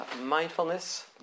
Mindfulness